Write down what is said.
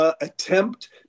Attempt